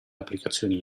applicazioni